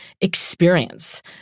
experience